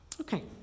okay